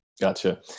Gotcha